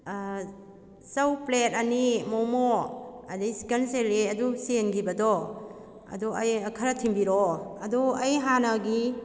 ꯆꯧ plate ꯑꯅꯤ ꯃꯣꯃꯣ ꯑꯗꯩ chicken chilli ꯑꯗꯨ ꯆꯦꯟꯈꯤꯕꯗꯣ ꯑꯗꯣ ꯑꯩ ꯈꯔ ꯊꯤꯟꯕꯤꯔꯛꯑꯣ ꯑꯗꯨ ꯑꯩ ꯍꯥꯟꯅꯒꯤ